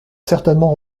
certainement